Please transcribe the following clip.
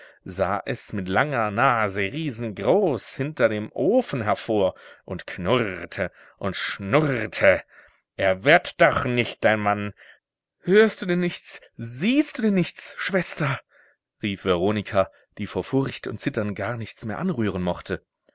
sah es mit langer nase riesengroß hinter dem ofen hervor und knurrte und schnurrte er wird doch nicht dein mann hörst du denn nichts siehst du denn nichts schwester rief veronika die vor furcht und zittern gar nichts mehr anrühren mochte